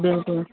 بلکُل